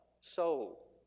soul